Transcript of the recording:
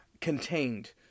contained